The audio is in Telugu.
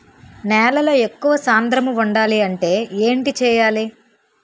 నేలలో ఎక్కువ సాంద్రము వుండాలి అంటే ఏంటి చేయాలి?